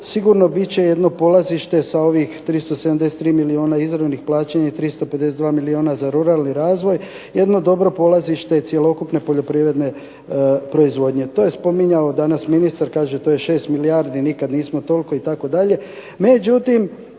sigurno biti će jedno polazište sa ovih 373 milijuna izravnih plaćanja i 352 milijuna za ruralni razvoj, jedno dobro polazište cjelokupne poljoprivredne proizvodnje. To je spominjao danas ministar, to je 6 milijardi nikada nismo toliko itd.,